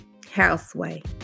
Houseway